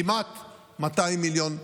כמעט 200 מיליון שקלים.